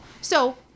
So-